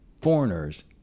foreigners